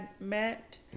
met